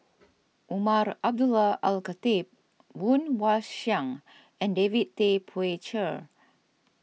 Umar Abdullah Al Khatib Woon Wah Siang and David Tay Poey Cher